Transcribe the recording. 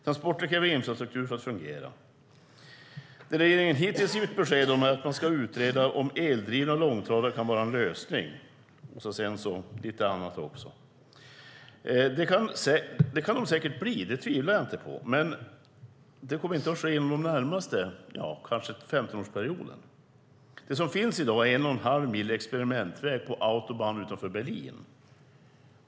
Transporter kräver infrastruktur för att fungera. Det regeringen hittills givit besked om är att man ska utreda om eldrivna långtradare kan vara en lösning - sedan är det lite annat också. Det kan de säkert bli - det tvivlar jag inte på - men det kommer kanske inte att ske inom den närmaste 15-årsperioden. Det som finns i dag är en och en halv mil experimentväg på Autobahn utanför Berlin.